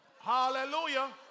Hallelujah